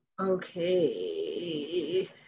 Okay